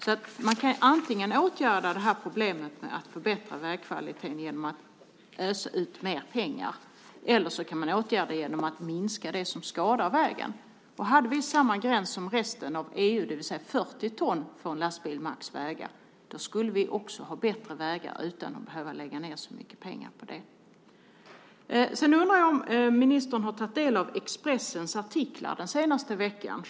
Problemet med vägkvaliteten kan man åtgärda antingen genom att ösa ut mer pengar eller genom att minska det som skadar vägen. Om vi skulle ha samma gräns som resten av EU - det vill säga att en lastbil får väga max 40 ton - skulle vi också få bättre vägar utan att behöva lägga ned så mycket pengar på det. Jag undrar om ministern har tagit del av Expressens artiklar den senaste veckan.